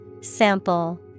Sample